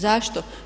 Zašto?